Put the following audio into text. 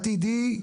עתידי,